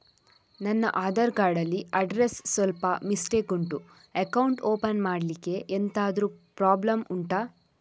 ನನ್ನ ಆಧಾರ್ ಕಾರ್ಡ್ ಅಲ್ಲಿ ಅಡ್ರೆಸ್ ಸ್ವಲ್ಪ ಮಿಸ್ಟೇಕ್ ಉಂಟು ಅಕೌಂಟ್ ಓಪನ್ ಮಾಡ್ಲಿಕ್ಕೆ ಎಂತಾದ್ರು ಪ್ರಾಬ್ಲಮ್ ಉಂಟಾ